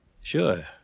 Sure